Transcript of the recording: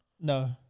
No